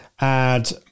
add